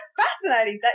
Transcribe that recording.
fascinating